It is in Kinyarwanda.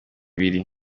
ibiri